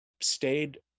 stayed